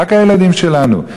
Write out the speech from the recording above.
רק הילדים שלנו.